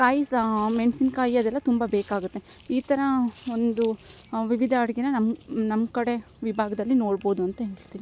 ಕಾಯಿ ಸಹ ಮೆಣಸಿನ್ಕಾಯ್ ಅದೆಲ್ಲ ತುಂಬ ಬೇಕಾಗುತ್ತೆ ಈ ಥರ ಒಂದು ವಿವಿಧ ಅಡುಗೆ ನಮ್ಮ ನಮ್ಮಕಡೆ ವಿಭಾಗದಲ್ಲಿ ನೋಡ್ಬೌದು ಅಂತ ಹೇಳ್ತಿನಿ